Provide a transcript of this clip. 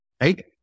right